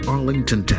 Arlington